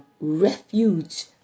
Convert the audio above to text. refuge